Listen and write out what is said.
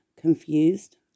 confused